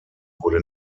wurde